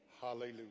hallelujah